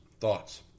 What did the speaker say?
thoughts